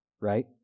right